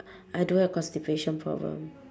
I don't have constipation problem